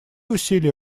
усилия